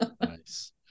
Nice